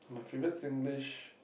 my favourite Singlish